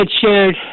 shared